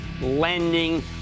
lending